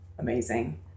Amazing